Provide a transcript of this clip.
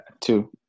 Two